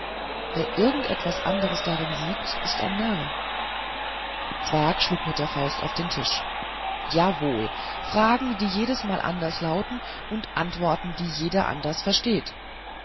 wer irgend etwas anderes drin sieht ist ein narr zwakh schlug mit der faust auf den tisch jawohl fragen die jedesmal anders lauten und antworten die jeder anders versteht